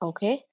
Okay